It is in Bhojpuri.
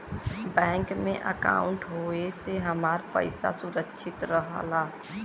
बैंक में अंकाउट होये से हमार पइसा सुरक्षित रहला